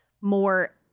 more